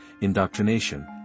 indoctrination